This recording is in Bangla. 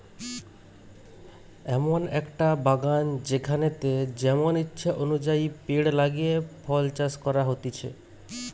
এমন একটো বাগান যেখানেতে যেমন ইচ্ছে অনুযায়ী পেড় লাগিয়ে ফল চাষ করা হতিছে